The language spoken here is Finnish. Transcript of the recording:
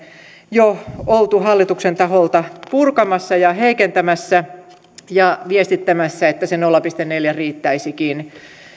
jo oltu hallituksen taholta purkamassa ja heikentämässä ja viestittämässä että se nolla pilkku neljän riittäisikin